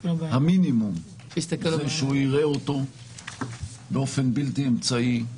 המינימום זה שהוא יראה אותו באופן בלתי אמצעי,